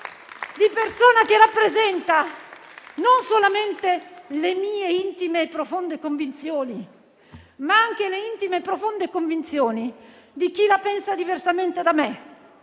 di persona che rappresenta non solamente le sue intime e profonde convinzioni, ma anche le intime e profonde convinzioni di chi la pensa diversamente.